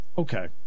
Okay